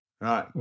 Right